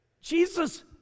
Jesus